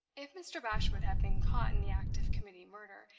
if mr. bashwood had been caught in the act of committing murder,